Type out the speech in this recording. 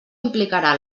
implicarà